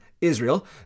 Israel